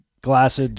glassed